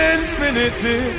Infinity